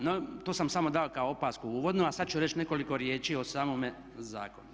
No, to sam samo dao kao opasku uvodno a sada ću reći nekoliko riječi o samome zakonu.